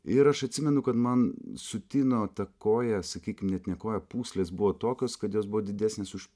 ir aš atsimenu kad man sutino ta koja sakykim net ne koja pūslės buvo tokios kad jos buvo didesnis už